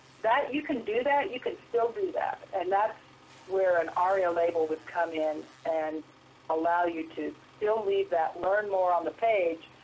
you can do that. you can still do that, and that's where an aria label would come in and allow you to still leave that learn more on the page,